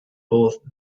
both